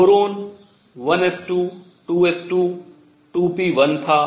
boron 1S22S22P1 था